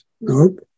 Nope